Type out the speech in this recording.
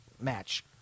match